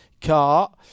car